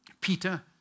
Peter